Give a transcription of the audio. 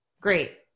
Great